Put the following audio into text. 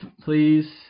please